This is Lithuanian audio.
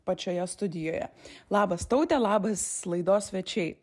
pačioje studijoje labas taute labas laidos svečiai